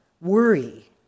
worry